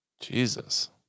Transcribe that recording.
Jesus